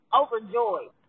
overjoyed